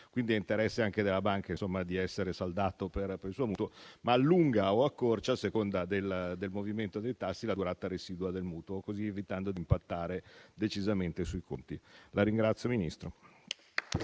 Quindi, è interesse anche della banca essere saldati per il mutuo, ma si allunga o si accorcia, a seconda del movimento dei tassi, la durata residua del mutuo, evitando così di impattare decisamente sui conti. La ringrazio, signor